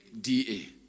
DA